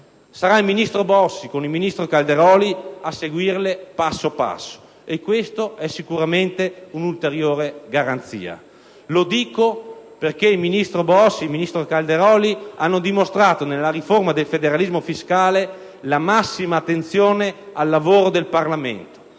Saranno il ministro Bossi con il ministro Calderoli a seguirle passo passo, e questa è sicuramente un'ulteriore garanzia. Lo dico perché i ministri Bossi e Calderoli hanno dimostrato nella riforma del federalismo fiscale la massima attenzione al lavoro del Parlamento